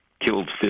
killed